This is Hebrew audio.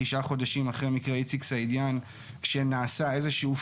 תשעה חודשים אחרי מקרה איציק סעידיאן שנעשה איזשהו